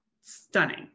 stunning